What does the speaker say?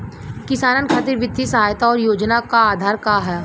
किसानन खातिर वित्तीय सहायता और योजना क आधार का ह?